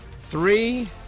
Three